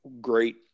great